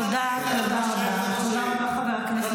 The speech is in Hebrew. עופר, אתה תלך ואנחנו נישאר.